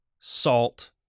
salt